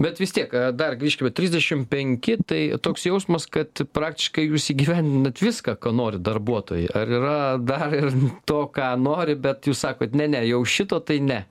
bet vis tiek dar grįžkime trisdešim penki tai toks jausmas kad praktiškai jūs įgyvendinat viską ko nori darbuotojai ar yra dar ir to ką nori bet jūs sakot ne ne jau šito tai ne